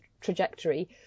trajectory